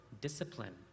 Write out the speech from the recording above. discipline